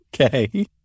Okay